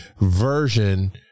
version